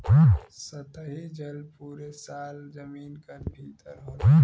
सतही जल पुरे साल जमीन क भितर होला